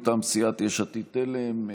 מטעם סיעת יש עתיד-תל"ם,